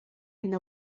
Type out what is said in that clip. hyn